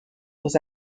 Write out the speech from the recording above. was